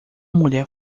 mulher